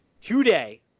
today